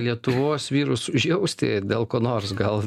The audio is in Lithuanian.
lietuvos vyrus užjausti dėl ko nors gal